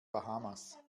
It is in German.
bahamas